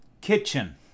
Kitchen